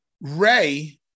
Ray